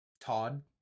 todd